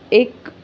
एक